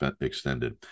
extended